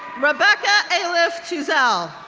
rebecca elif tuzel,